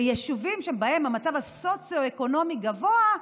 ביישובים שבהם המצב הסוציו-אקונומי גבוה,